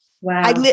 Wow